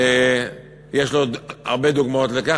יש לו הרבה דוגמאות לכך,